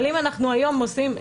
אבל אם אנחנו היום עושים,